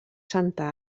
santa